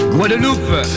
Guadeloupe